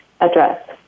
address